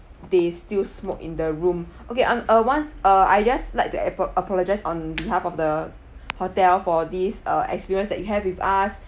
they still smoke in the room okay um uh once uh I just like the apo~ apologized on behalf of the hotel for these uh experience that you have with us